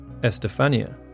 Estefania